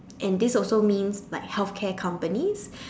and this also means like healthcare companies